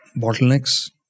bottlenecks